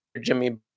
Jimmy